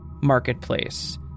marketplace